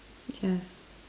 yes